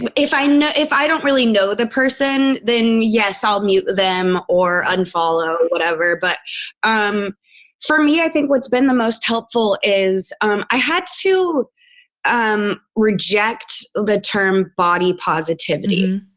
but if i know, if i don't really know the person, then, yes, i'll mute them or unfollow or whatever. but um for me, i think what's been the most helpful is um i had to um reject the term body positivity.